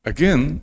Again